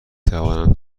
توانم